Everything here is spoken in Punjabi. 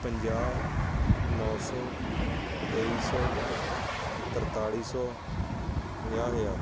ਪੰਜਾਹ ਨੌ ਸੌ ਤੇਈ ਸੌ ਤਰਤਾਲੀ ਸੌ ਪੰਜਾਹ ਹਜ਼ਾਰ